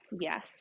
Yes